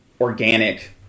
organic